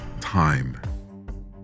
time